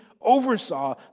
oversaw